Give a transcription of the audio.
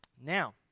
Now